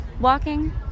walking